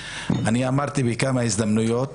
אמרתי בכמה הזדמנויות